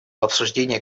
обсуждения